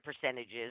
percentages